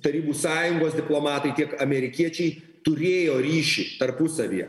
tarybų sąjungos diplomatai tiek amerikiečiai turėjo ryšį tarpusavyje